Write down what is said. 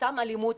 סתם אלימות,